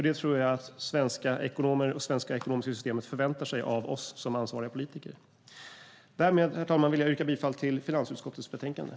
Det tror jag att svenska ekonomer och det svenska ekonomiska systemet förväntar sig av oss som ansvariga politiker. Därmed, herr talman, vill jag yrka bifall till finansutskottets förslag i betänkandet.